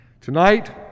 Tonight